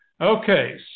Okay